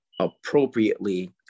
appropriately